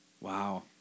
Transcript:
Wow